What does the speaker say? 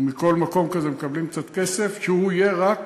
מכול מקום כזה מקבלים קצת כסף, שהוא יהיה רק